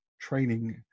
training